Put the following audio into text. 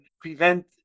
prevent